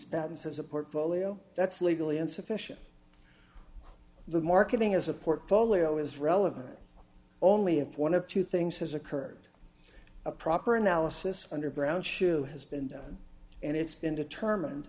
balanced as a portfolio that's legally insufficient the marketing is a portfolio is relevant only if one of two things has occurred a proper analysis underground show has been done and it's been determined